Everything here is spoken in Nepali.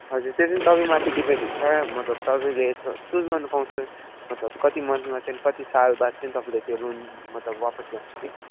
हजुर त्यो चाहिँ तपाईँमाथि डिपेन्ड हुन्छ मतलब तपाईँले चु चुज गर्नुपाउँछ मतलब कति मन्थमा चाहिँ कति सालबाद चाहिँ तपाईँले त्यो लोन मतलब वापस गर्नुहुने